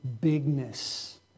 bigness